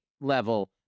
level